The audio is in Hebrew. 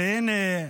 והינה,